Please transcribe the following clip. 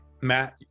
Matt